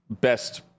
Best